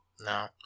No